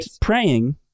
praying